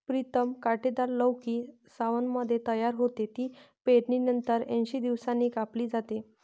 प्रीतम कांटेदार लौकी सावनमध्ये तयार होते, ती पेरणीनंतर ऐंशी दिवसांनी कापली जाते